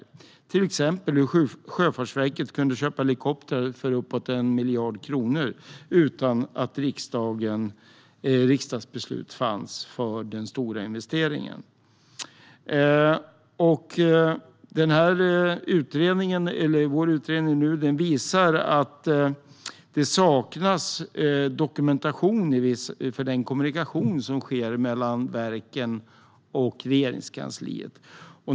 Det gäller till exempel hur Sjöfartsverket kunde köpa helikoptrar för uppåt 1 miljard kronor utan att riksdagsbeslut fanns för denna stora investering. Vår utredning visar att det saknas dokumentation av den kommunikation som sker mellan verken och Regeringskansliet.